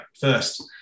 first